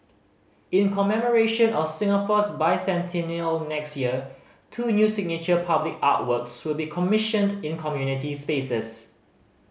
in commemoration of Singapore's Bicentennial next year two new signature public artworks will be commissioned in community spaces